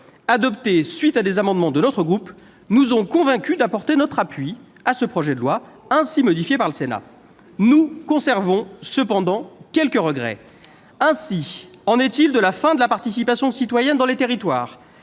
l'adoption d'amendements de notre groupe, nous ont convaincus d'apporter notre appui au projet de loi ainsi modifié par le Sénat. Nous conservons cependant quelques regrets. Ainsi en est-il de la fin de la participation citoyenne dans les territoires.